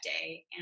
day